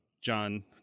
john